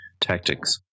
tactics